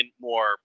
more